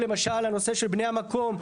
למשל הנושא של בני המקום.